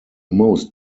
most